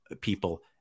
people